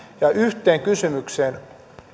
ja yhteen kysymykseen